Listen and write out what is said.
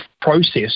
process